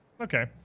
Okay